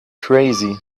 crazy